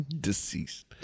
Deceased